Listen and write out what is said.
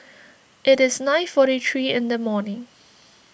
it is nine forty three in the morning